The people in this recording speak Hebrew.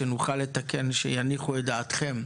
שנוכל לתקן ויניחו את דעתכם,